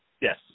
Yes